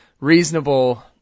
reasonable